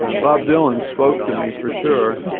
ah bob dylan spoke to me for sure.